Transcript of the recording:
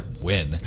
win